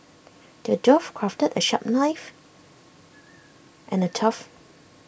the dwarf crafted A sharp knife and A tough